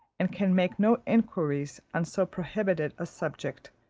and can make no enquiries on so prohibited a subject,